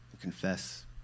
confess